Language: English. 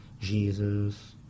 Jesus